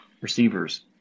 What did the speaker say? receivers